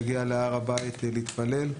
להגיע להר הבית ולהתפלל.